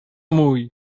mój